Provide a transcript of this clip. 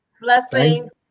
Blessings